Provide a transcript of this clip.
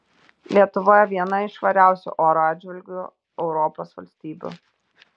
lietuva viena iš švariausių oro atžvilgiu europos valstybių